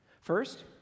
First